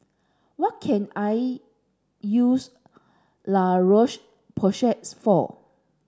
what can I use La Roche Porsay for